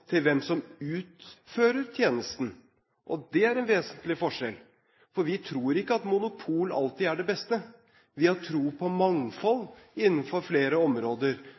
til hvem som utfører tjenesten, og det er en vesentlig forskjell, for vi tror ikke at monopol alltid er det beste. Vi har tro på mangfold innenfor flere områder,